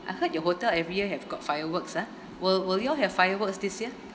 I heard your hotel every year have got fireworks ah will will you all have fireworks this year